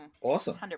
Awesome